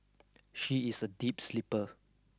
she is a deep sleeper